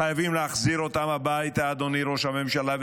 חייבים להחזיר אותם הביתה, אדוני ראש הממשלה.